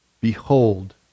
Behold